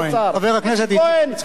איציק כהן הוא המלבין של שר האוצר.